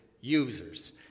users